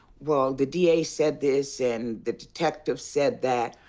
well, the da said this and the detective said that.